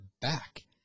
back